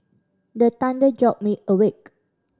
the thunder jolt me awake